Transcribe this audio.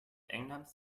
englands